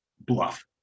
bluff